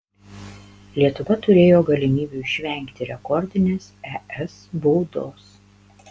lietuva turėjo galimybių išvengti rekordinės es baudos